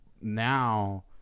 now